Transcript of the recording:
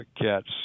cats